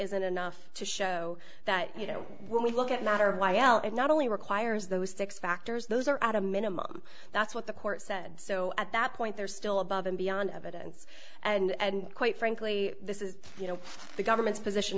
isn't enough to show that you know when we look at matter of y l it not only requires those six factors those are at a minimum that's what the court said so at that point they're still above and beyond evidence and quite frankly this is you know the government's position